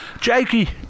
Jakey